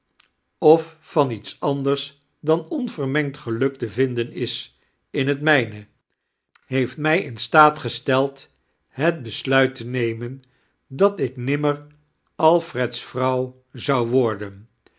of van iete antdars dan omvenmiengd gefliulk te vinden is in het mijne heetft mij in staat gesteld het besluit tei nemaen dat ik nimmeir alfred's vrounv zou worden